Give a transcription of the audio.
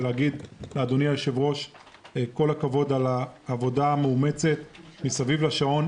ולהגיד לאדוני היושב-ראש כל הכבוד על העבודה המאומצת מסביב לשעון.